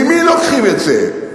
ממי לוקחים את זה?